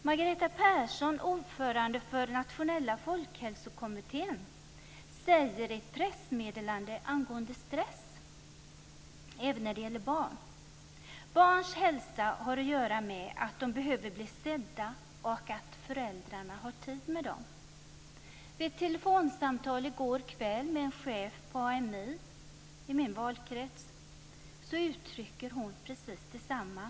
Margareta Persson, ordförande för Nationella folkhälsokommittén, säger i ett pressmeddelande angående stress och barn att barns hälsa har att göra med att de behöver bli sedda och att föräldrarna har tid med dem. Vid ett telefonsamtal i går kväll med en chef på AMI i min valkrets uttryckte hon precis detsamma.